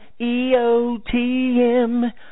EOTM